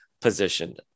positioned